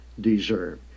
deserve